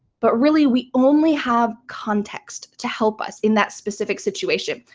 but really we only have context to help us in that specific situation.